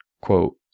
quote